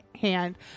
hand